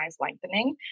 lengthening